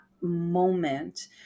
moment